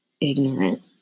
ignorant